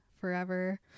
forever